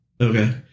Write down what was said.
Okay